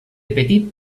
petit